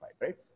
right